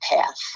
path